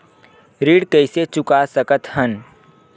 ऋण कइसे चुका सकत हन?